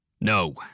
No